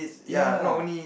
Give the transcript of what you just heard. ya